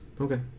Okay